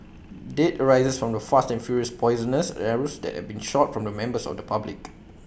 dread arises from the fast and furious poisonous arrows that have been shot from members of the public